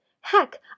Heck